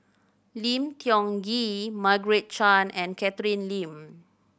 Lim Tiong Ghee Margaret Chan and Catherine Lim